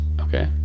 Okay